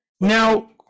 now